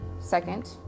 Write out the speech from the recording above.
second